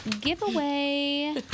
giveaway